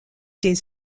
des